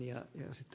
vielä ed